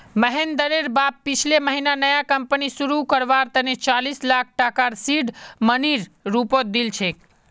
महेंद्रेर बाप पिछले महीना नया कंपनी शुरू करवार तने चालीस लाख टकार सीड मनीर रूपत दिल छेक